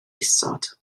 isod